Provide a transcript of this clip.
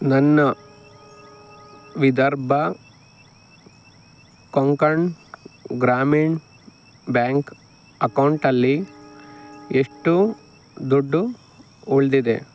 ನನ್ನ ವಿದರ್ಭ ಕೊಂಕಣ್ ಗ್ರಾಮೀಣ್ ಬ್ಯಾಂಕ್ ಅಕೌಂಟಲ್ಲಿ ಎಷ್ಟು ದುಡ್ಡು ಉಳಿದಿದೆ